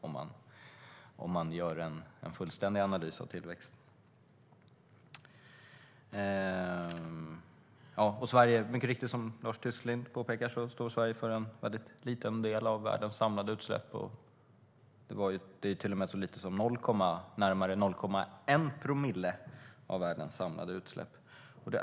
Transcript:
Om man gör en fullständig analys av tillväxten ligger vi absolut inte i topp bland OECD-länderna. Som Lars Tysklind påpekar står Sverige mycket riktigt för en mycket liten del av världens samlade utsläpp. Det är till och med så lite som omkring 0,1 promille av världens samlade utsläpp.